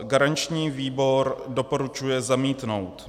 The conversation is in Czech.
Garanční výbor doporučuje zamítnout.